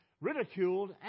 ridiculed